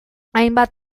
hainbat